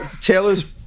Taylor's